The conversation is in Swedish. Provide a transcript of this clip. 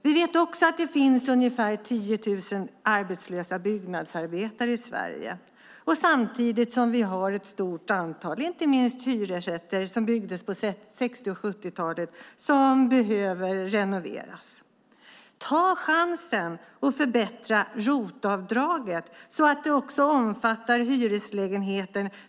Vi vet också att det finns ungefär 10 000 arbetslösa byggnadsarbetare i Sverige, samtidigt som vi har ett stort antal hyresrätter som byggdes på 60 och 70-talet och som behöver renoveras. Ta chansen och förbättra ROT-avdraget så att det också omfattar hyreslägenheter!